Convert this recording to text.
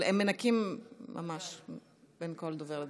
אבל הם מנקים ממש בין כל דובר לדובר.